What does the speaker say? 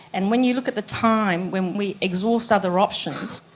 and when you look at the time, when we exhaust other options,